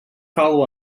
call